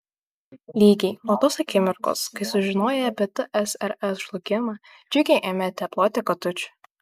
lygiai nuo tos akimirkos kai sužinoję apie tsrs žlugimą džiugiai ėmėte ploti katučių